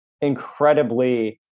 incredibly